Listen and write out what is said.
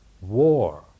war